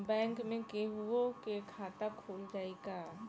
Bank में केहूओ के खाता खुल जाई का?